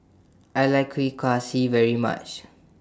I like Kuih Kaswi very much